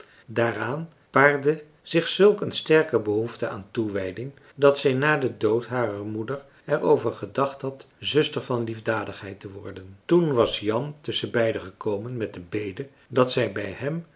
daaraan paarde zich zulk een sterke behoefte aan toewijding dat zij na den dood harer moeder er over gedacht had zuster van liefdadigheid te worden toen was jan tusschenbeiden gekomen met de bede dat zij bij hem